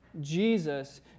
Jesus